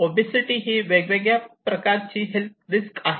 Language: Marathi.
ओबेसिटी ही वेगळ्या प्रकारची हेल्थ रिस्क आहे